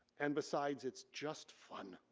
and besides it's just fun.